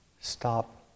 stop